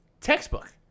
textbook